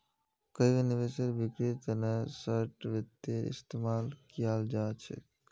कोई भी निवेशेर बिक्रीर तना शार्ट वित्तेर इस्तेमाल कियाल जा छेक